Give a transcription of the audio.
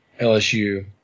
LSU